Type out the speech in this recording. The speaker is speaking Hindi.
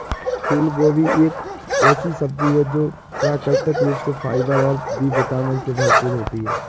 फूलगोभी एक ऐसी सब्जी है जो प्राकृतिक रूप से फाइबर और बी विटामिन से भरपूर होती है